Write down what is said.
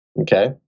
Okay